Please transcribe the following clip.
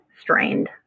strained